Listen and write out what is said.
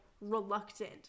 reluctant